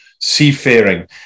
seafaring